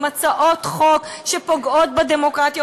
עם הצעות חוק שפוגעות בדמוקרטיה,